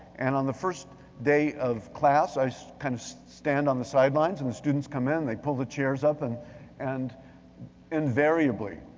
and on the first day of class, i so kind of stand on the sidelines and the students come in and they pull the chairs up and and invariably,